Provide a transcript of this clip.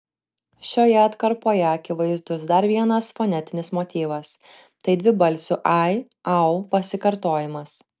šioje atkarpoje akivaizdus dar vienas fonetinis motyvas tai dvibalsių ai au pasikartojimas